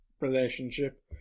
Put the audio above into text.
relationship